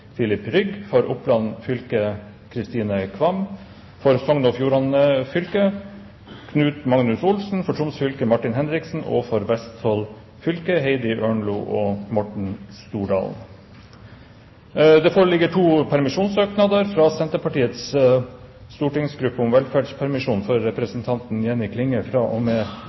Filip Rygg For Oppland fylke: Kristine Kvam For Sogn og Fjordane fylke: Knut Magnus Olsen For Troms fylke: Martin Henriksen For Vestfold fylke: Heidi Ørnlo og Morten Stordalen Det foreligger to permisjonssøknader: fra Senterpartiets stortingsgruppe om velferdspermisjon for representanten Jenny Klinge